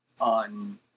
on